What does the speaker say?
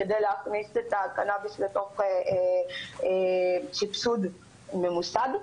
כדי להכניס את הקנביס לסבסוד ממוסד.